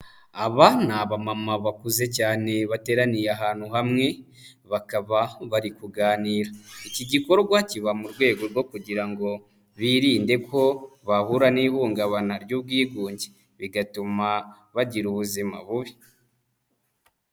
Aba ni abamama bakuze cyane bateraniye ahantu hamwe, bakaba bari kuganira, iki gikorwa kiba mu rwego rwo kugira ngo birinde ko bahura n'ihungabana ry'ubwigunge, bigatuma bagira ubuzima bubi.